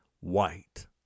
white